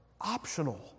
optional